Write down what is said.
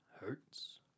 Hurts